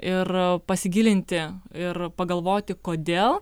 ir pasigilinti ir pagalvoti kodėl